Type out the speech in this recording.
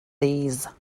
these